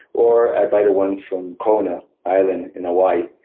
or i buy the one from kona island in hawaii.